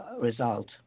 result